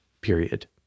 period